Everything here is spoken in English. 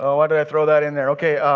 ah why did i throw that in there. okay.